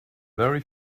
very